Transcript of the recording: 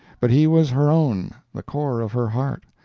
but he was her own, the core of her heart,